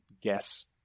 guess